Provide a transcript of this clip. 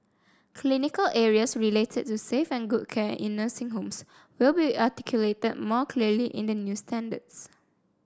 clinical areas related to safe and good care in nursing homes will be articulated more clearly in the new standards